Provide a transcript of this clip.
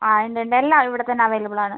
ആ ഉണ്ട് ഉണ്ട് എല്ലാം ഇവിടെത്തന്നെ അവൈലബിളാണ്